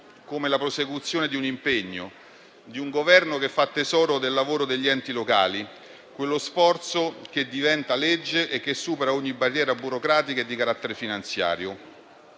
è la prosecuzione di un impegno, di un Governo che fa tesoro del lavoro degli enti locali; lo sforzo diventa legge e supera ogni barriera burocratica e di carattere finanziario.